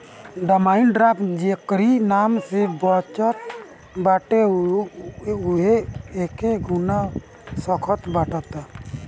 demand draft जेकरी नाम से बनत बाटे उहे एके भुना सकत बाटअ